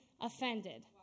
offended